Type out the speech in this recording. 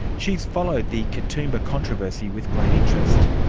she's followed the katoomba controversy with great interest.